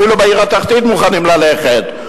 אפילו לעיר התחתית מוכנים ללכת,